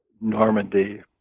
Normandy